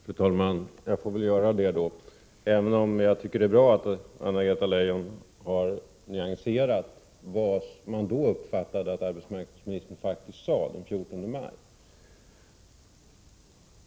Fru talman! Jag får väl göra det. Även jag tycker att det är bra att Anna-Greta Leijon har nyanserat vad man uppfattade att hon faktiskt sade den 14 maj.